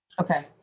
Okay